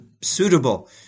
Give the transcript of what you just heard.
suitable